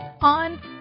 on